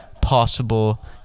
possible